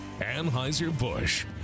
Anheuser-Busch